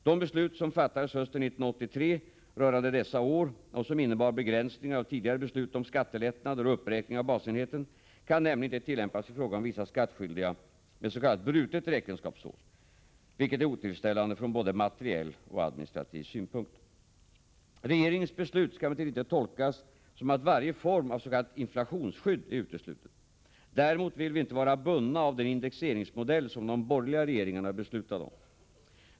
De beslut som fattades hösten 1983 rörande dessa år, och som innebar begränsningar av tidigare beslut om skattelättnader och uppräkning av basenheten, kan nämligen inte tillämpas i fråga om vissa skattskyldiga med s.k. brutet räkenskapsår, vilket är otillfredsställande från både materiell och administrativ synpunkt. Regeringens beslut skall emellertid inte tolkas som att varje form av s.k. inflationsskydd är uteslutet. Däremot vill vi inte vara bundna av den indexeringsmodell som de borgerliga regeringarna beslutade om.